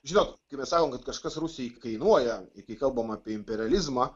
žinot kai mes sakom kad kažkas rusijai kainuoja ir kai kalbam apie imperializmą